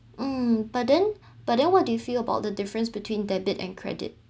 mm but then but then what do you feel about the difference between debit and credit